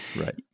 Right